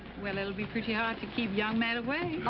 well, it'll be pretty hard to keep young matt away.